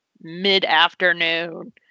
mid-afternoon